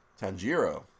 Tanjiro